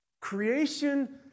Creation